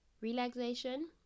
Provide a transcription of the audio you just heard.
Relaxation